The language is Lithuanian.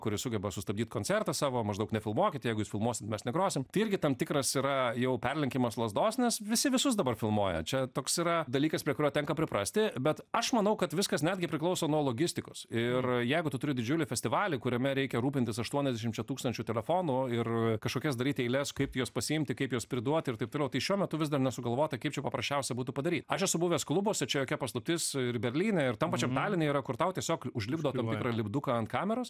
kuri sugeba sustabdyt koncertą savo maždaug nefilmuokit jeigu jūs filmuosit mes negrosim tai irgi tam tikras yra jau perlenkimas lazdos nes visi visus dabar filmuoja čia toks yra dalykas prie kurio tenka priprasti bet aš manau kad viskas netgi priklauso nuo logistikos ir jeigu tu turi didžiulį festivalį kuriame reikia rūpintis aštuoniasdešimčia tūkstančių telefonų ir kažkokias daryt eiles kaip juos pasiimti kaip juos priduot ir taip toliau tai šiuo metu vis dar nesugalvota kaip čia paprasčiausia būtų padaryt aš esu buvęs klubuose čia jokia paslaptis ir berlyne ir tam pačiam taline yra kur tau tiesiog užlipdo tam tikrą lipduką ant kameros